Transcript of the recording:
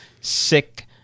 sick